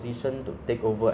so how about you